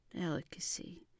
Delicacy